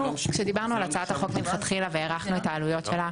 כשדיברנו על הצעת החוק מלכתחילה והערכנו את העלויות שלה,